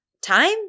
time